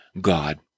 God